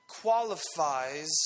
qualifies